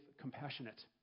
compassionate